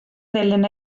ddilyn